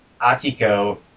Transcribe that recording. Akiko